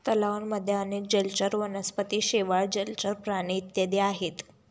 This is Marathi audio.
तलावांमध्ये अनेक जलचर वनस्पती, शेवाळ, जलचर प्राणी इत्यादी आहेत